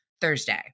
Thursday